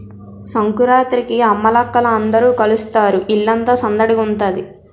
సంకురాత్రికి అమ్మలక్కల అందరూ కలుస్తారు ఇల్లంతా సందడిగుంతాది